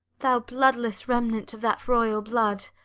thou bloodless remnant of that royal blood!